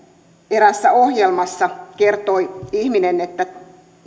eräässä ohjelmassa kertoi ihminen